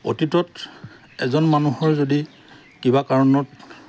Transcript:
অতীতত এজন মানুহৰ যদি কিবা কাৰণত